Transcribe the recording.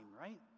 right